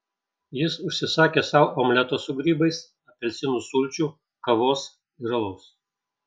jis užsisakė sau omleto su grybais apelsinų sulčių kavos ir alaus